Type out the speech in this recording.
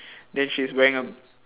then she's wearing a